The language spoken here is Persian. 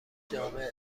جامع